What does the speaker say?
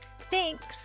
Thanks